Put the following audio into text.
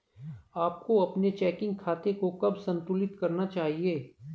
आपको अपने चेकिंग खाते को कब संतुलित करना चाहिए?